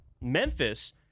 Memphis